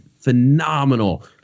phenomenal